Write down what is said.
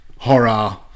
horror